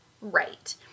right